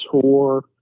tour